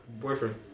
boyfriend